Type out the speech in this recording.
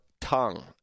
tongue